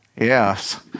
Yes